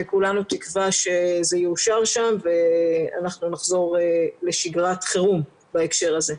וכולנו תקווה שזה יאושר שם ואנחנו נחזור לשגרת חירום בהקשר הזה.